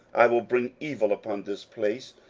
i will bring evil upon this place,